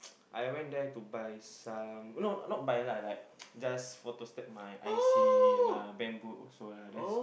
I went there to buy some no not buy lah like just photo stack my I_C and my bank book also lah